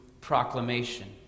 proclamation